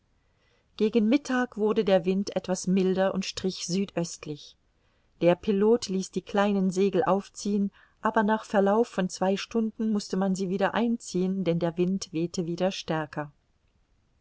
gegen mittag wurde der wind etwas milder und strich südöstlich der pilot ließ die kleinen segel aufziehen aber nach verlauf von zwei stunden mußte man sie wieder einziehen denn der wind wehte wieder stärker